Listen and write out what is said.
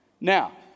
Now